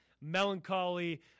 melancholy